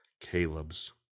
Caleb's